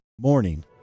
morning